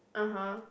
(uh huh)